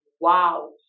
Wow